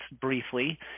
briefly